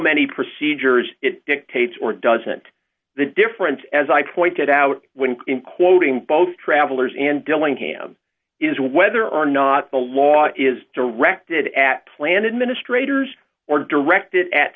many procedures it dictates or doesn't the difference as i pointed out when in quoting both travellers and dillingham is whether or not the law is directed at plan administrator or directed at